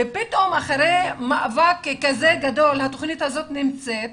פתאום, אחרי מאבק כזה גדול התוכנית הזאת נמצאת,